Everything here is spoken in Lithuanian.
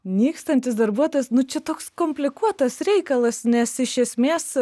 nykstantis darbuotojas nu čia toks komplikuotas reikalas nes iš esmės